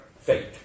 fate